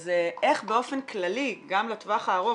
זה איך באופן כללי גם לטווח הארוך,